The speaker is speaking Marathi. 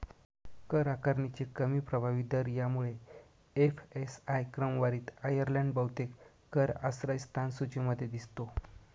कर आकारणीचे कमी प्रभावी दर यामुळे एफ.एस.आय क्रमवारीत आयर्लंड बहुतेक कर आश्रयस्थान सूचीमध्ये दिसतो